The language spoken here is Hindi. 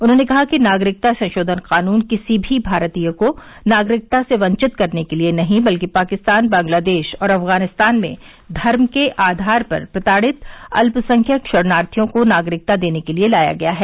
उन्होंने कहा कि नागरिकता संशोधन कानून किसी भी भारतीय को नागरिकता से वंचित करने के लिए नहीं बल्कि पाकिस्तान बांग्लादेश और अफगानिस्तान में धर्म के आधार पर प्रताड़ित अल्पसंख्यक शरणार्थियों को नागरिकता देने के लिए लाया गया है